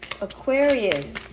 Aquarius